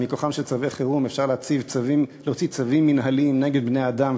שמכוחם של צווי החירום אפשר להוציא צווים מינהליים נגד בני-אדם,